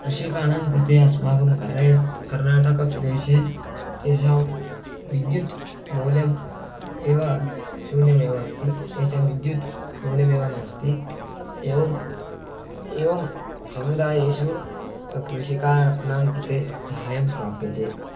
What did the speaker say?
कृषिकाणाङ्कृते अस्माकं कर्रेट् कर्णाटकप्रदेशे तेषां विद्युत् मूल्यम् एव शून्यमेव अस्ति तेषां विद्युत् मूल्यमेव नास्ति एवम् एवं समुदायेषु कृषिकाणां कृते सहायं प्राप्यते